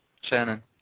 Shannon